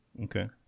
Okay